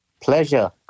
Pleasure